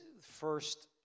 first